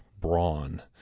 brawn